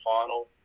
final